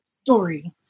story